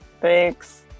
Thanks